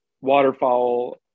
waterfowl